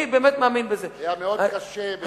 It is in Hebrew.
אני באמת מאמין בזה, היה מאוד קשה.